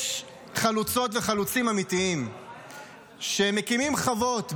יש חלוצות וחלוצים אמיתיים שמקימים חוות,